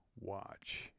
watch